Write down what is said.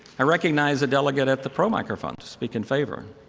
i recognize the delegate at the pro microphone to speak in favor.